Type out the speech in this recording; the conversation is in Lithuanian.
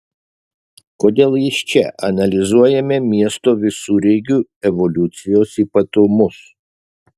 kodėl jis čia analizuojame miesto visureigių evoliucijos ypatumus